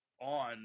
on